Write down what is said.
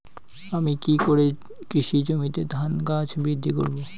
আমি কী করে কৃষি জমিতে ধান গাছ বৃদ্ধি করব?